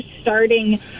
starting